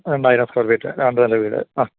രണ്ടായിരം square feet രണ്ട് നില വീട് ആ